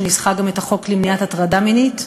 שניסחה גם את החוק למניעת הטרדה מינית.